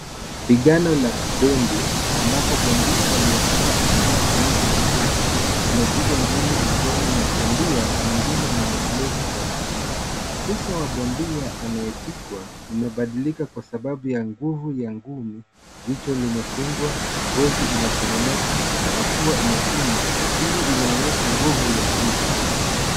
Pigano la ndondi ambapo bondia aliyekuwa akivaa glovu nyekundu, amepigwa ngumi usoni na bondia mwengine mwenye glovu za blue . Uso wa bondia anayepigwa, umebadilika kwa sababu ya nguvu ya ngumi, jicho limefungwa, ngozi inasononeka, na pua imefinywa, hii inaonyesha nguvu ya pigo.